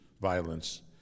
violence